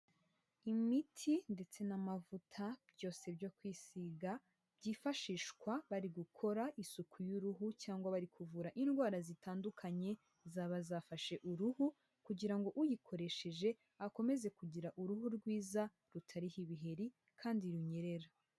Imiti ndetse n'amavuta byose byo kwisiga, byifashishwa bari gukora isuku y'uruhu cyangwa bari kuvura indwara zitandukanye zaba zafashe uruhu, kugira ngo uyikoresheje akomeze kugira uruhu rwiza rutariho ibiheri kandi runyerera.